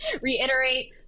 reiterate